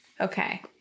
Okay